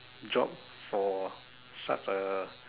job for such a